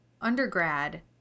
undergrad